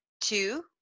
Two